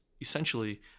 essentially